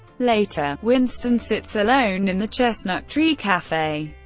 later, winston sits alone in the chestnut tree cafe.